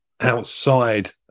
outside